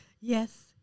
yes